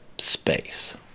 space